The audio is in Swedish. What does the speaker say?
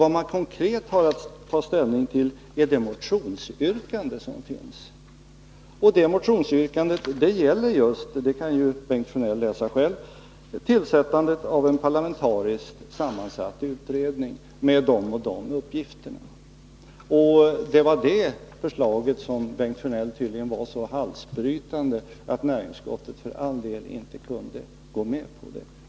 Vad man konkret har att ta ställning till är det motionsyrkande som finns. Och det gäller just, vilket Bengt Sjönell kan läsa själv, tillsättandet av en parlamentariskt sammansatt utredning med vissa bestämda uppgifter. Det var det förslaget som Bengt Sjönell tydligen fann så halsbrytande att näringsutskottet för ingen del kunde gå med på det.